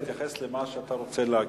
תתייחס למה שאתה רוצה להגיד.